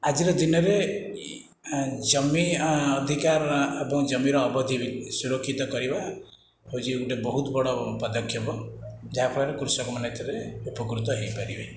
ଆଜିର ଦିନରେ ଜମି ଅଧିକାର ଏବଂ ଜମିର ଅବଧି ବି ସୁରକ୍ଷିତ କରିବା ହେଉଛି ଗୋଟିଏ ବହୁତ ବଡ଼ ପଦକ୍ଷେପ ଯାହାଫଳରେ କୃଷକମାନେ ଏଥିରେ ଉପକୃତ ହୋଇପାରିବେ